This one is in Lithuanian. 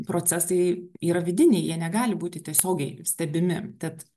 procesai yra vidiniai jie negali būti tiesiogiai stebimi tad